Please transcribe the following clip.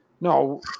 no